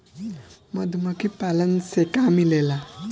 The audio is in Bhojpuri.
मधुमखी पालन से का मिलेला?